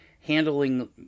handling